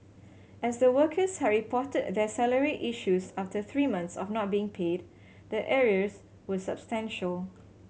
as the workers had reported their salary issues after three months of not being paid the arrears were substantial